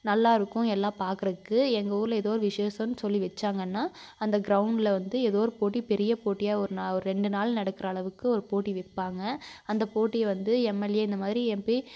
நல்லாயிருக்கும் எல்லாம் பார்க்கறக்கு எங்கள் ஊரில் ஏதோ விஷேசன்னு சொல்லி வைச்சாங்கன்னா அந்த கிரௌண்ட்டில் வந்து ஏதோ ஒரு போட்டி பெரிய போட்டியாக ஒரு நான் ஒரு ரெண்டு நாள் நடக்கிற அளவுக்கு ஒரு போட்டி வைப்பாங்க அந்த போட்டியை வந்து எம்எல்ஏ இந்தமாதிரி எம்பி